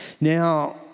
now